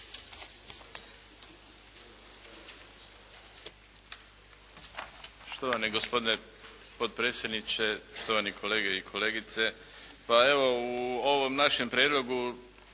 Štovani gospodine potpredsjedniče, štovani kolege i kolegice. Pa evo u ovom našem prijedlogu